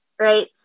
right